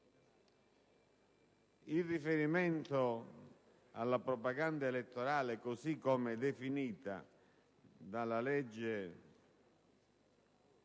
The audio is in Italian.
Il riferimento alla propaganda elettorale, così come definita dalla legge n.